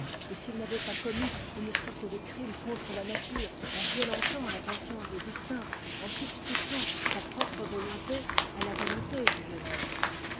et s'il n'avait pas commis un crime contre la nature en violentant la conscience d'augustin en substituant sa propre volonté à la volonté du jeune homme